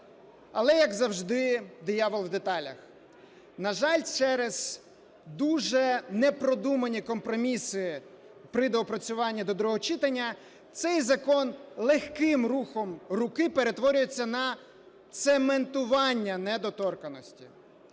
але, як завжди, диявол в деталях. На жаль, через дуже непродумані компроміси при доопрацюванні до другого читання, цей закон легким рухом руки перетворюється на цементування недоторканності.